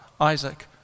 Isaac